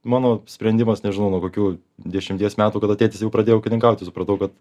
mano sprendimas nežinau nuo kokių dešimties metų kada tėtis jau pradėjo ūkininkauti supratau kad